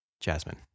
Jasmine